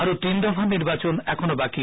আরো তিন দফা নির্বাচন এখনো বাকি